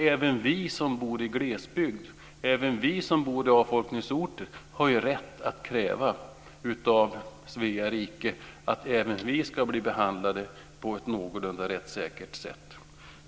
Även vi som bor i glesbygd och i avfolkningsorter har ju rätt att kräva av Svea rike att bli behandlade på ett någorlunda rättssäkert sätt.